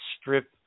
strip